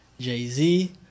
jay-z